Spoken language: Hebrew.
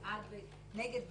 בעד ונגד.